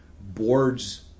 boards